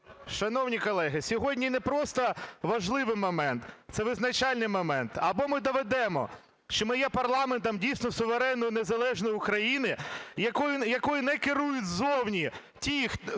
Шановні колеги, сьогодні не просто важливий момент. Це визначальний момент. Або ми доведемо, що ми є парламентом дійсно суверенної і незалежної України, якою не керують ззовні ті, хто